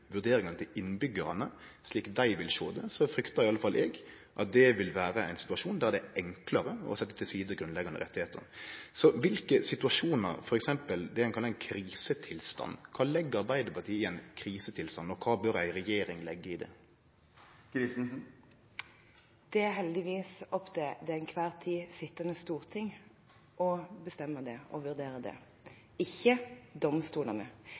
vurderinga til innbyggjarane, slik dei vil sjå det, fryktar eg at det vil vere ein situasjon der det er enklare å setje til side grunnleggjande rettar. Kva for situasjonar er det f.eks. ein kallar ein krisetilstand? Kva legg Arbeidarpartiet i ordet «krisetilstand», og kva bør ei regjering leggje i det? Det er heldigvis opp til det til enhver tid sittende storting å vurdere det